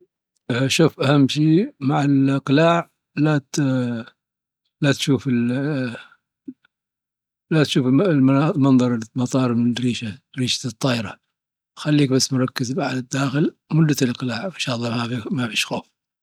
شف أهم شي مع الإقلاع ،لاتـ ، لا تشوف المنظر من الطايرة من دريشة الطايرة. خليك بس مركز في الداخل وان شاء الله ما فيش خوف.